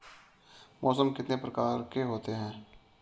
मौसम कितने प्रकार के होते हैं?